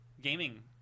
gaming